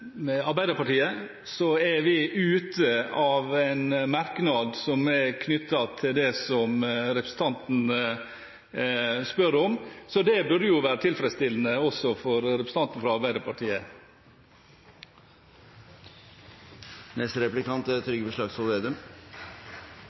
med Arbeiderpartiet er vi ikke med på en merknad som er knyttet til det som representanten Heggø spør om, så det burde være tilfredsstillende også for representanten fra Arbeiderpartiet.